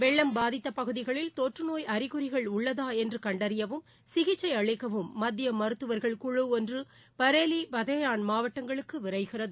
வெள்ளம் பாதித்தபகுதிகளில் தொற்றுநோய் அறிகுறிகள் உள்ளதாஎன்றுகண்டறியவும் சிகிச்சைஅளிக்கவும் மத்தியமருத்துவர்கள் குழு ஒன்றுபரேலி பதேயான் மாவட்டங்களுக்குவிரைகிறது